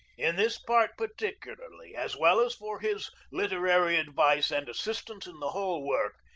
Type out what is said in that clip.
in this part particularly, as well as for his literary advice and assistance in the whole work,